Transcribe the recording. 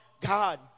God